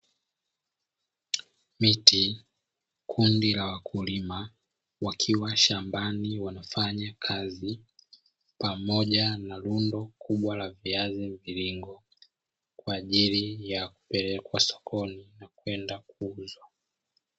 Miti, kundi la wakulima wakiwa shambani wanafanya kazi pamoja na rundo kubwa la viazi mviringo, kwaajili ya kupelekwa sokoni kwenda kuuzwa.